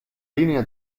linea